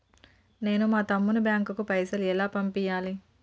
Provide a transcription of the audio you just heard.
నేను మా తమ్ముని బ్యాంకుకు పైసలు ఎలా పంపియ్యాలి?